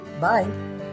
bye